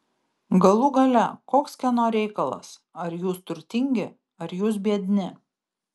galų gale koks kieno reikalas ar jūs turtingi ar jūs biedni